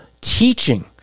teaching